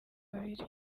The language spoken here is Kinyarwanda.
biri